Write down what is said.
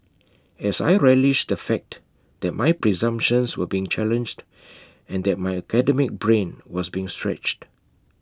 as I relished that fact that my presumptions were being challenged and that my academic brain was being stretched